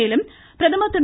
மேலும் பிரதமர் திரு